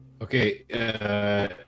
Okay